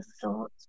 thoughts